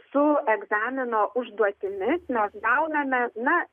su egzamino užduotimis mes gauname na